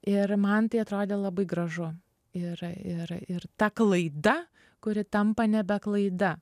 ir man tai atrodė labai gražu ir ir ir ta klaida kuri tampa nebe klaida